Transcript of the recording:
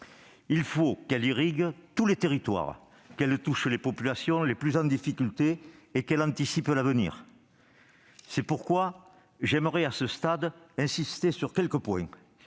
il faut qu'elle irrigue tous les territoires, qu'elle touche les populations les plus en difficulté et qu'elle anticipe l'avenir. C'est pourquoi j'aimerais, à ce stade, insister sur quelques points.